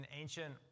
ancient